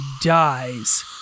dies